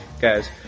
Guys